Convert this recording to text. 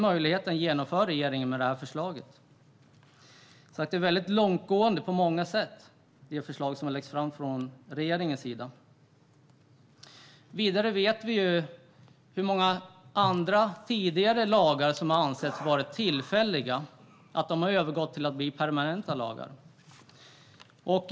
Regeringen skapar en sådan öppning genom det här förslaget, som alltså är väldigt långtgående på många sätt. Vi vet att många andra lagar som har ansetts vara tillfälliga har övergått till att bli permanenta.